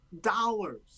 dollars